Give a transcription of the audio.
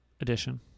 Edition